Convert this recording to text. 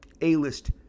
A-list